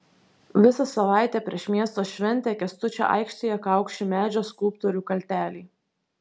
visą savaitę prieš miesto šventę kęstučio aikštėje kaukši medžio skulptorių kalteliai